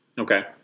okay